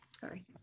Sorry